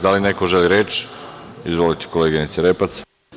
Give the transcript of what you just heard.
Da li neko želi reč? (Da) Izvolite koleginice Repac.